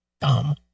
Dumb